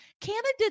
canada